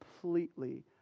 completely